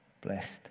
blessed